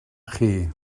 chi